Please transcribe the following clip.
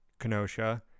kenosha